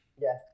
Yes